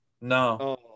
No